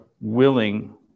willing